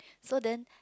so then